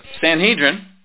Sanhedrin